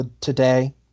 today